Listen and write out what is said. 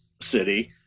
city